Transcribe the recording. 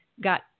got